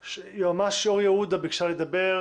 יועמ"ש אור יהודה ביקשה לדבר